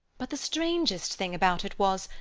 but the strangest thing about it was,